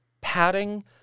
padding